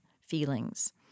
feelings